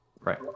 Right